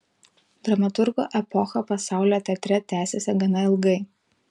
dramaturgo epocha pasaulio teatre tęsėsi gana ilgai